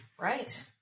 Right